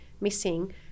missing